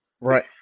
Right